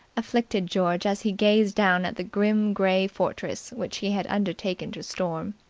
afflicted george as he gazed down at the grim grey fortress which he had undertaken to storm.